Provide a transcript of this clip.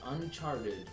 uncharted